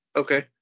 okay